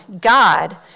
God